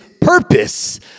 purpose